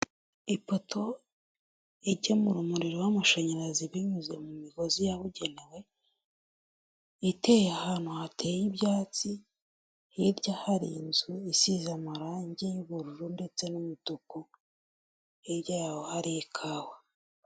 Ipoto igemura umuriro w'amashanyarazi binyuze mu migozi yabugenewe iteye ahantu hateye ibyatsi hirya hari inzu isize amarangi y'ubururu ndetse n'umutuku, hirya yaho hari ikawa.